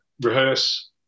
rehearse